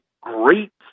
great